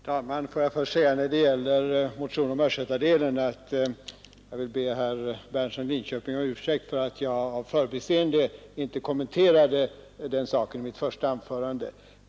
Herr talman! Får jag först, när det gäller motionen om östgötadelen, be herr Berndtson i Linköping om ursäkt för att jag av förbiseende inte kommenterade den saken i mitt första anförande.